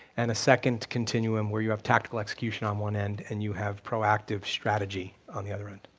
and a second continuum where you have tactical execution on one end and you have proactive strategy on the other end.